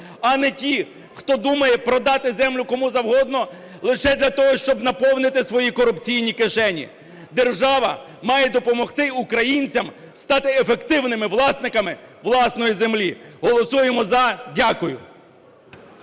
а не ті, хто думає продати землю кому-завгодно лише для того, щоб наповнити свої корупційні кишені. Держава має допомогти українцям стати ефективними власниками власної землі. Голосуємо "за". Дякую.